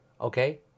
Okay